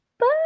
Bye